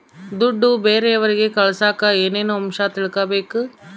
ದುಡ್ಡು ಬೇರೆಯವರಿಗೆ ಕಳಸಾಕ ಏನೇನು ಅಂಶ ತಿಳಕಬೇಕು?